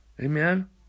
Amen